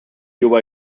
huwa